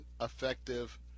effective